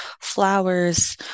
flowers